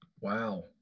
Wow